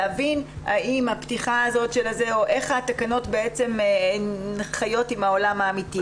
להבין האם הפתיחה הזאת או איך התקנות חיות עם העולם האמיתי.